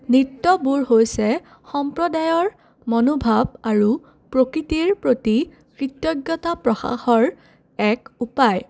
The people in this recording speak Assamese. নৃত্যবোৰ হৈছে সম্প্ৰদায়ৰ মনোভাৱ আৰু প্ৰকৃতিৰ প্ৰতি কৃত্যজ্ঞতা প্ৰশাসৰ এক উপায়